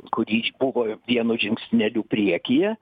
kuri buvo vienu žingsneliu priekyje